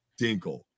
Dinkle